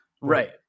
Right